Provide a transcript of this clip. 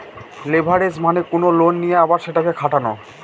leverage মানে কোনো loan নিয়ে আবার সেটাকে খাটানো